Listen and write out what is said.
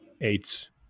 eight